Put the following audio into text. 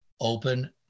Open